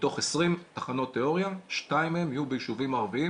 מתוך 20 תחנות תיאוריה שתיים מהן יהיו ביישובים ערביים.